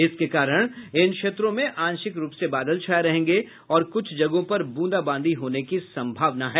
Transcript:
इसके कारण इन क्षेत्रों में आंशिक रूप से बादल छाये रहेंगे और कुछ जगहों पर ब्रंदाबांदी होने की सम्भावना है